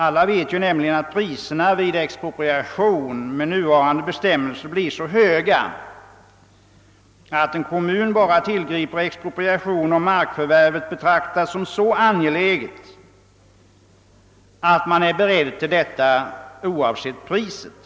Alla vet att priserna vid expropriation med nuvarande bestämmelser blir så höga att en kommun endast tillgriper expropriation om markförvärvet betraktas som så angeläget att kommunen är beredd att göra förvärvet oavsett priset.